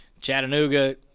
Chattanooga